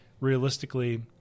Realistically